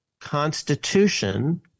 Constitution